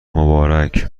مبارک